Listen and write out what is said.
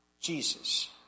Jesus